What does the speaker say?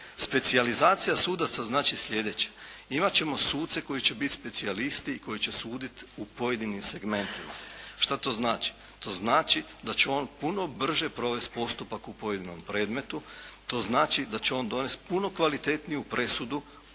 Specijalizacija sudaca znači slijedeće. Imat ćemo suce koji će biti specijalisti i koji će suditi u pojedinim segmentima. Što to znači? To znači da će on puno brže provesti postupak u pojedinom predmetu. To znači da će on donesti puno kvalitetniju presudu